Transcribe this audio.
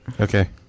Okay